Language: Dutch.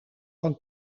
van